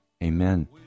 Amen